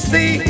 See